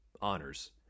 honors